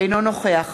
אינו נוכח